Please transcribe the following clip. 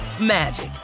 magic